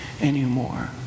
anymore